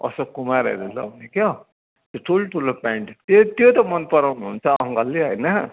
अशोक कुमारहरूले लगाउने के हो त्यो ठुल्ठुलो प्यान्ट त्यो त्यो त मन पराउनु हुन्छ अङ्कलले होइन